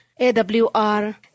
AWR